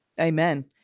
Amen